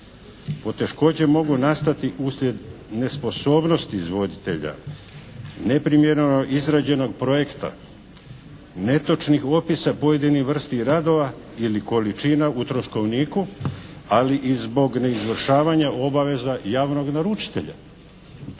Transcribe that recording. Poteškoće mogu nastati uslijed nesposobnosti izvoditelja, neprimjerenog izrađenog projekta, netočnih opisa pojedinih vrsti radova ili količina u troškovniku ali i zbog neizvršavanja obaveza javnog naručitelja.